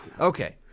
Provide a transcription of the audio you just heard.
Okay